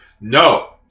No